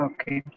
Okay